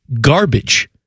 garbage